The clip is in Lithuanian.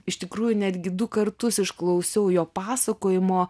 iš tikrųjų netgi du kartus išklausiau jo pasakojimo